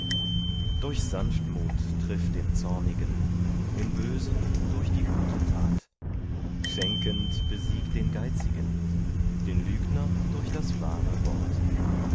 durch sanftmut triff den zornigen den bösen durch die gute tat schenkend besieg den geizigen den lügner durch das wahre wort